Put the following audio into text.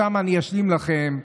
ושם אני אשלים לכם,